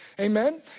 amen